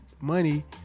money